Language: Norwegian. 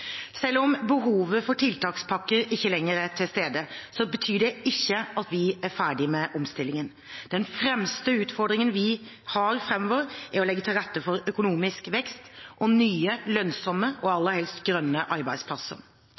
Selv om behovet for tiltakspakker ikke lenger er til stede, betyr ikke det at vi er ferdig med omstillingen. Den fremste utfordringen vi har framover, er å legge til rette for økonomisk vekst og nye lønnsomme – og aller helst grønne – arbeidsplasser.